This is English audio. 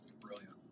Brilliant